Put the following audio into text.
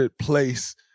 place